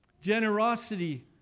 Generosity